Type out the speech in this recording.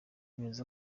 umuyobozi